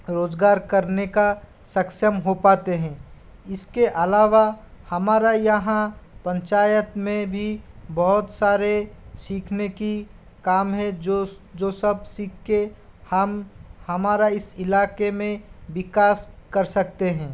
रोजगार करने का सक्षम हो पाते हैं इसके अलावा हमारा यहाँ पंचायत में भी बहुत सारे सीखने की काम है जो जो सब सीख के हम हमारा इस इलाके में विकास कर सकते हैं